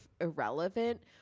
irrelevant